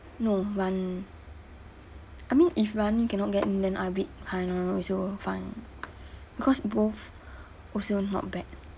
no rani I mean if rani you cannot get in then I bid hai noi also fine because both also not bad